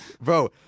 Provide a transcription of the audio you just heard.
bro